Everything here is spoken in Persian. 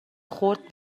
خورد